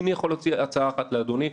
אם אני יכול להציע הצעה אחת לאדוני,